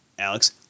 Alex